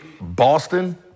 Boston